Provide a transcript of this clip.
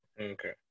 okay